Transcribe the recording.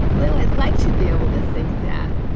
well, i'd like to be able to think that.